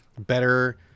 better